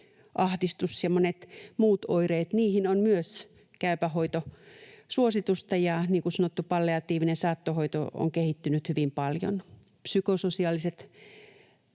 Ahdistukseen ja moniin muihin oireisiin on myös Käypä hoito ‑suositusta, ja niin kuin sanottu, palliatiivinen saattohoito on kehittynyt hyvin paljon. Psykososiaaliset